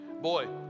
boy